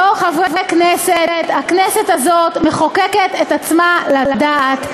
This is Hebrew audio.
בתור חברי כנסת, הכנסת הזאת מחוקקת את עצמה לדעת.